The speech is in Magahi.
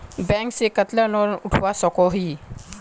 बैंक से कतला लोन उठवा सकोही?